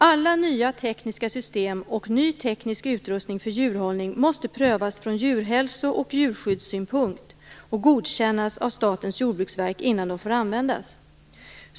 Alla nya tekniska system och ny teknisk utrustning för djurhållning måste prövas från djurhälso och djurskyddssynpunkt och godkännas av Statens jordbruksverk innan de får användas.